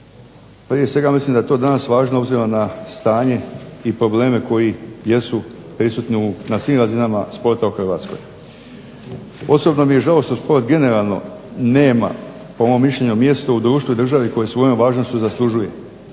Prije svega mislim da je to danas važno obzirom na stanje i probleme koji jesu prisutni na svim razinama sporta u Hrvatskoj. Osobno mi je žao što sport generalno nema po mom mišljenju mjesto u društvu i državi koje svojom važnošću zaslužuje.